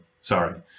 Sorry